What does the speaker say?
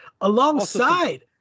Alongside